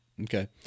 okay